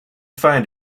find